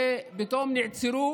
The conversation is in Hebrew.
ופתאום נעצרו